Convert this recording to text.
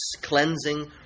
cleansing